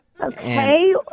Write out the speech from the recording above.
Okay